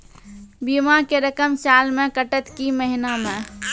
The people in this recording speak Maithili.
बीमा के रकम साल मे कटत कि महीना मे?